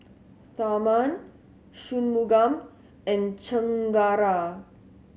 Tharman Shunmugam and Chengara